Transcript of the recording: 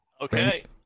Okay